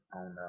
on